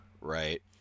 Right